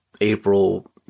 April